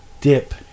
dip